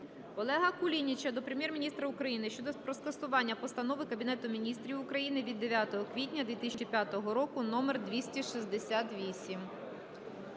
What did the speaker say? Олега Кулініча до Прем'єр-міністра України про скасування Постанови Кабінету Міністрів України від 9 квітня 2005 року №268.